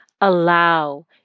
allow